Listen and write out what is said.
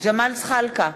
ג'מאל זחאלקה,